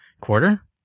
quarter